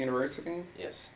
university yes